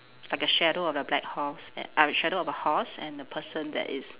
like a shadow of the black horse a a shadow of a horse and a person that is